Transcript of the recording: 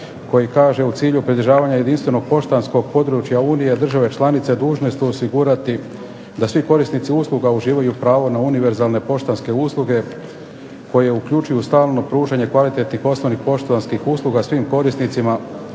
koji kaže u cilju pridržavanja jedinstvenog poštanskog područja Unije države članice dužne su osigurati da svi korisnici usluga uživaju pravo na univerzalne poštanske usluge koje uključuju stalno pružanje kvalitetnih osnovnih poštanskih usluga svim korisnicima